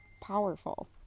powerful